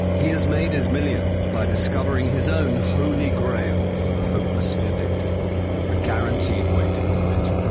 he has made his millions by discovering his own holy grail for the hopelessly addicted a guaranteed way to quit.